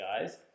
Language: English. guys